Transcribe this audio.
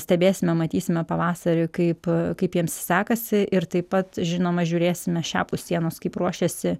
stebėsime matysime pavasarį kaip kaip jiems sekasi ir taip pat žinoma žiūrėsime šiapus sienos kaip ruošiasi